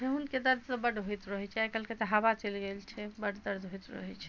ठेहुन के दर्द सब बड होइत रहै छै आइ काल्हि तऽ हवा चलि गेल छै बड दर्द होइत रहै छै